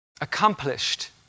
Accomplished